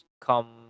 come